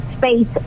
Space